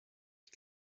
ich